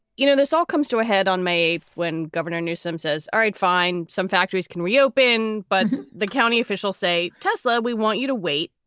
you know, this all comes to a head on may eighth when governor newsome says, all right, fine, some factories can reopen. but the county officials say, tesla, we want you to wait.